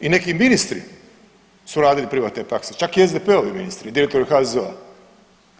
I neki ministri su radili privatne prakse, čak i SDP-ovi ministri, direktor HZZO-a.